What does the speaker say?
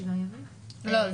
לא.